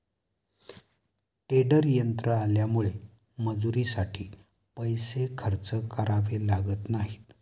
tedder यंत्र आल्यामुळे मजुरीसाठी पैसे खर्च करावे लागत नाहीत